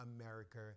America